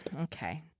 Okay